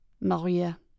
Maria